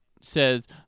says